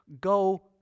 go